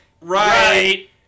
right